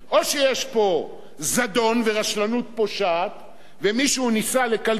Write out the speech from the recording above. או שיש פה זדון ורשלנות פושעת ומישהו ניסה לקלקל